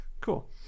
Cool